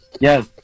Yes